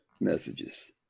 messages